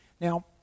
Now